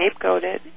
scapegoated